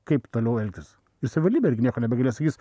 kaip toliau elgtis ir savivaldybė irgi nieko nebegalės sakys